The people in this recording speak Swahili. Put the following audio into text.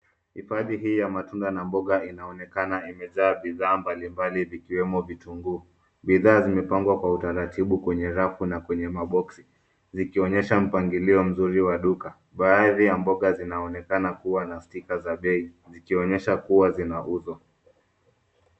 Hifadhi hii ya matunda na mboga inaonekana imejaa bidhaa mbalimbali vikiwemo vitunguu. Bidhaa zimepangwa kwa utaratibu kwenye rafu na kwenye maboksi zikionyesha mpangilio mzuri wa duka. Baadhi ya mboga zinaonekana kuwa na stika za bei zikionyesha kuwa zinauzwa.